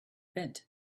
bent